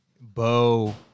Bo